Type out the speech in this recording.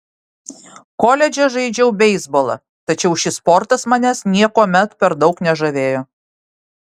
koledže žaidžiau beisbolą tačiau šis sportas manęs niekuomet per daug nežavėjo